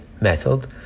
method